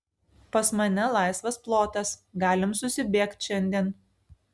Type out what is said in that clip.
pas mane laisvas plotas galim susibėgt šiandien